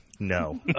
No